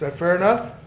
but fair enough?